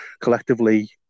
collectively